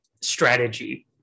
strategy